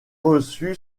reçu